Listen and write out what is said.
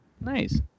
Nice